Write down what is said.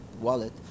wallet